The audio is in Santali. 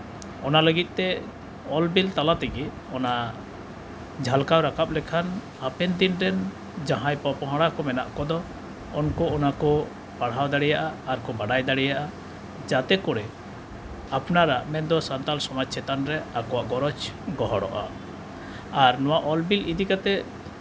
ᱚᱱᱟ ᱞᱟᱹᱜᱤᱫ ᱛᱮ ᱚᱞ ᱵᱤᱞ ᱛᱟᱞᱟ ᱛᱮᱜᱮ ᱚᱱᱟ ᱡᱷᱟᱞᱠᱟᱣ ᱨᱟᱠᱟᱵᱽ ᱞᱮᱠᱷᱟᱱ ᱦᱟᱯᱮᱱ ᱫᱤᱱ ᱨᱮᱱ ᱡᱟᱦᱟᱸᱭ ᱯᱚᱼᱯᱚᱝᱲᱟ ᱠᱚ ᱢᱮᱱᱟᱜ ᱠᱚᱫᱚ ᱩᱱᱠᱩ ᱚᱱᱟ ᱠᱚ ᱯᱟᱲᱦᱟᱣ ᱫᱟᱲᱮᱭᱟᱜᱼᱟ ᱟᱨ ᱠᱚ ᱵᱟᱰᱟᱭ ᱫᱟᱲᱮᱭᱟᱜᱼᱟ ᱡᱟᱛᱮ ᱠᱚᱨᱮ ᱟᱯᱱᱟᱨᱟᱜ ᱢᱮᱱᱫᱚ ᱥᱟᱱᱛᱟᱲ ᱥᱚᱢᱟᱡᱽ ᱪᱮᱛᱟᱱ ᱨᱮ ᱟᱠᱚᱣᱟᱜ ᱜᱚᱨᱚᱡᱽ ᱜᱚᱦᱚᱲᱚᱜᱼᱟ ᱟᱨ ᱱᱚᱣᱟ ᱚᱞᱵᱤᱞ ᱤᱫᱤ ᱠᱟᱛᱮᱫ